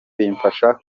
bimfasha